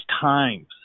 times